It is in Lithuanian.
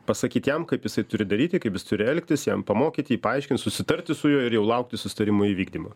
pasakyt jam kaip jisai turi daryti kaip jis turi elgtis jam pamokyti jį paaiškinti susitarti su juo ir jau laukti susitarimų įvykdymo